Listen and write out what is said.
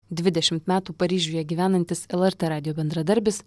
dvidešimt metų paryžiuje gyvenantis lrt radijo bendradarbis